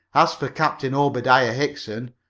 as for captain obediah hickson,